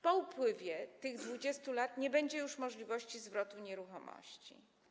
Po upływie tych 20 lat nie będzie już możliwości zwrotu nieruchomości.